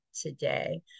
today